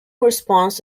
response